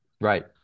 Right